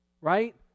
right